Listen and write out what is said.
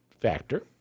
factor